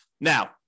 Now